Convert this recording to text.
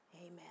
amen